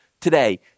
today